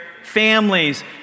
Families